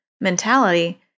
mentality